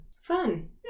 Fun